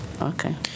Okay